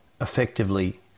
effectively